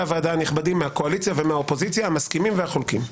הוועדה הנכבדים מהקואליציה ומהאופוזיציה המסכימים והחולקים.